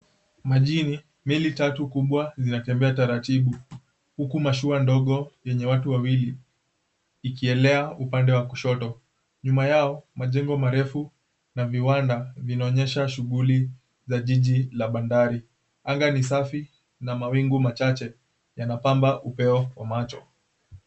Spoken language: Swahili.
Majini meli tatu kubwa zinatembea taratibu huku mashua kubwa zenye watu wawili ikielea upande wa kushoto. Nyuma yao majengo marefu na viwanda vinaonyesha shughuli za jiji la bandari. Anga ni safi na mawingu safi yanapamba upeo wa macho.